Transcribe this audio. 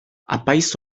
apaiz